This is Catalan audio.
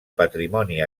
patrimoni